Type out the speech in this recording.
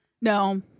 No